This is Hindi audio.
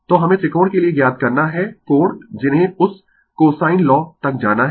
तो हमें त्रिकोण के लिए ज्ञात करना है कोण जिन्हें उस कोसाइन लॉ तक जाना है